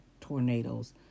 tornadoes